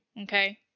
Okay